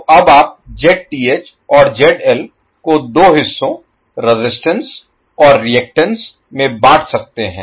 तो अब आप Zth और ZL को दो हिस्सों रेजिस्टेंस और रिएक्टेंस में बाँट सकते हैं